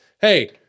hey